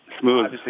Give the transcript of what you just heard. smooth